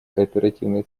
кооперативные